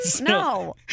No